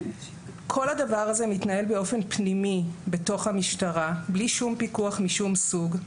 כל הדבר הזה מתנהל באופן פנימי בתוך המשטרה בלי שום פיקוח משום סוג,